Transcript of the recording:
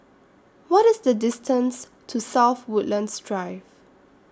What IS The distance to South Woodlands Drive